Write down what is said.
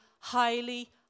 highly